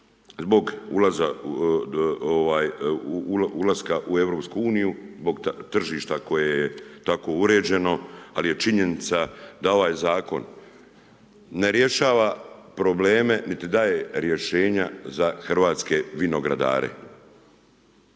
se ulaska u EU, zbog tržišta koje je tako uređeno, ali je činjenica da ovaj zakon ne rješava probleme niti daje rješenja za hrvatske vinogradare.